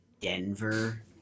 Denver